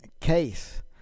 case